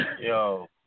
Yo